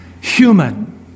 human